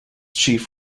chief